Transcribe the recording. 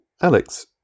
Alex